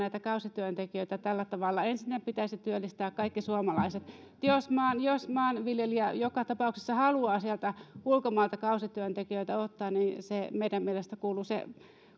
kausityöntekijöitä tällä tavalla ensinnä pitäisi työllistää kaikki suomalaiset jos maanviljelijä joka tapauksessa haluaa sieltä ulkomailta kausityöntekijöitä ottaa niin meidän mielestämme myös se